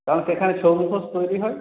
কারণ সেখানে ছৌ মুখোশ তৈরি হয়